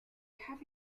have